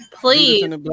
Please